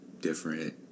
different